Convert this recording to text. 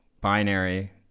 binary